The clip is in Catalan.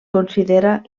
considera